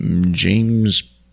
James